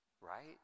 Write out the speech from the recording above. Right